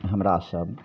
हमरासभ